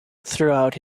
throughout